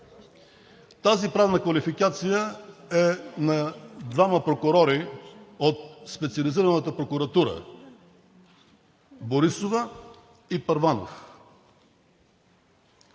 Тази правна квалификация е на двама прокурори от Специализираната прокуратура: Борисова и Първанов.